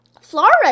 Flora